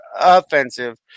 offensive